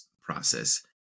process